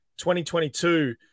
2022